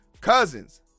cousins